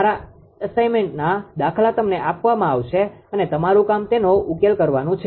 સારા અસાઇન્મેન્ટના દાખલા તમને આપવામાં આવશે અને તમારું કામ તેનો ઉકેલ કરવાનું છે